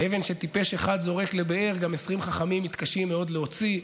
שאבן שטיפש אחד זורק לבאר גם 20 חכמים מתקשים מאוד להוציא.